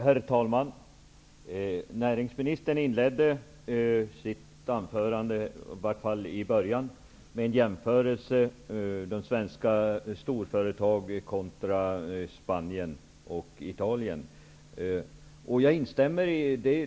Herr talman! Näringsministern inledde sitt anförande med att jämföra svenska storföretag kontra företag i Spanien och Italien.